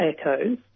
Echoes